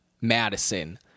Madison